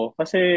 kasi